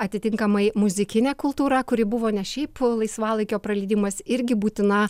atitinkamai muzikinė kultūra kuri buvo ne šiaip laisvalaikio praleidimas irgi būtina